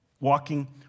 walking